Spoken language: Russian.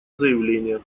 заявление